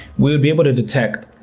would be able to detect